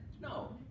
No